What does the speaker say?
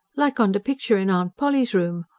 like on de pickshur in aunt polly's room.